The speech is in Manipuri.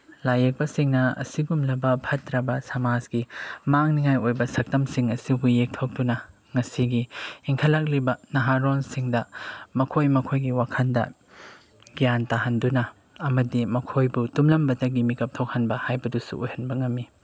ꯂꯥꯏ ꯌꯦꯛꯄꯁꯤꯡꯅ ꯑꯁꯤꯒꯨꯝꯂꯕ ꯐꯠꯇ꯭ꯔꯕ ꯁꯃꯥꯖꯀꯤ ꯃꯥꯡꯅꯤꯉꯥꯏ ꯑꯣꯏꯕ ꯁꯛꯇꯝꯁꯤꯡ ꯑꯁꯤꯕꯨ ꯌꯦꯛꯊꯣꯛꯇꯨꯅ ꯉꯁꯤꯒꯤ ꯏꯪꯈꯠꯂꯛꯂꯤꯕ ꯅꯍꯥꯔꯣꯜꯁꯤꯡꯗ ꯃꯈꯣꯏ ꯃꯈꯣꯏꯒꯤ ꯋꯥꯈꯜꯗ ꯒ꯭ꯌꯥꯟ ꯇꯥꯍꯟꯗꯨꯅ ꯑꯃꯗꯤ ꯃꯈꯣꯏꯕꯨ ꯇꯨꯝꯂꯝꯕꯗꯒꯤ ꯃꯤꯀꯞ ꯊꯣꯛꯍꯟꯕ ꯍꯥꯏꯕꯗꯨꯁꯨ ꯑꯣꯏꯍꯟꯕ ꯉꯝꯃꯤ